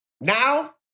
now